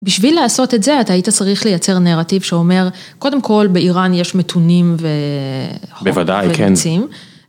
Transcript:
בשביל לעשות את זה אתה היית צריך לייצר נרטיב שאומר, קודם כל באיראן יש מתונים ו... בוודאי כן.